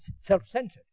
self-centered